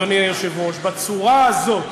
אדוני היושב-ראש, בצורה הזאת,